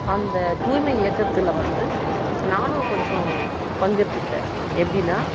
அந்த தூய்மை இயக்கத்தில் வந்து நானும் கொஞ்சம் பங்கெடுத்துகிட்டேன் எப்படின்னா